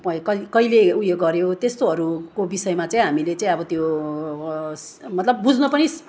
भयो कै कहिले उयो गऱ्यो त्यस्तोहरूको विषयमा चाहिँ हामीले चाहिँ अब त्यो मतलब बुझ्नु पनि